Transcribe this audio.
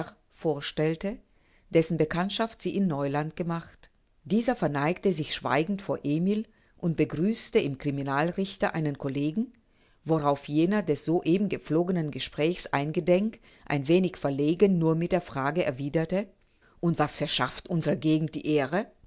vorstellte dessen bekanntschaft sie in neuland gemacht dieser verneigte sich schweigend vor emil und begrüßte im criminalrichter einen collegen worauf jener des so eben gepflogenen gespräches eingedenk ein wenig verlegen nur mit der frage erwiderte und was verschafft unserer gegend die ehre